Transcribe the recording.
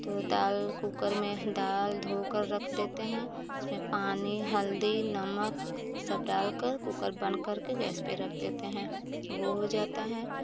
तो दाल को कूकर में दाल धोकर रख देते हैं उसमें पानी हल्दी नमक सब डालकर कूकर बंद करके गैस पर रख देते हैं वह हो जाता है